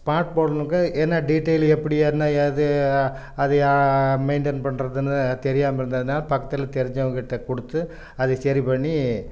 smart போனுக்கு என்ன detail எப்படி என்ன ஏது அதை மெயின்டென் பண்ணுறதுனு தெரியாமல் இருந்ததுனால் பக்கத்தில் தெரிஞ்சவங்ககிட்ட கொடுத்து அது சரி பண்ணி